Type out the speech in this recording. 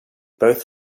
both